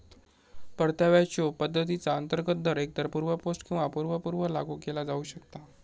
परताव्याच्यो पद्धतीचा अंतर्गत दर एकतर पूर्व पोस्ट किंवा पूर्व पूर्व लागू केला जाऊ शकता